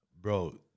bro